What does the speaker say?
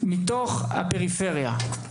מתוך הפריפריה,